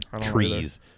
trees